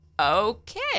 Okay